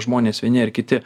žmonės vieni ar kiti